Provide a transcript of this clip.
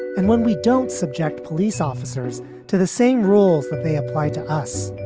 and when we don't subject police officers to the same rules that they apply to us.